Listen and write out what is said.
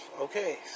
Okay